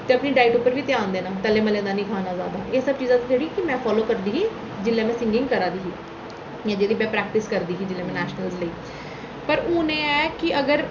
ते अपनी डाइट उप्पर बी ध्यान देना तले मले दा खाना जैदा एह् सब चीजां जेह्ड़ी कि में फालो करदी ही जेल्लै में सिंगिंग करै दी ही जां एह्दी में प्रैक्टिस करदी ही जिसलै में नैशनल लैबल पर हून एह् ऐ कि अगर